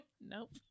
Nope